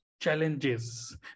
challenges